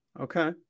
Okay